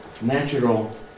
natural